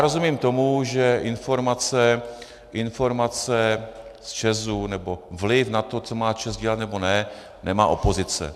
Rozumím tomu, že informace z ČEZu nebo vliv na to, co má ČEZ dělat, nebo ne, nemá opozice.